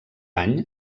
any